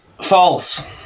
False